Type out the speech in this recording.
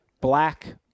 black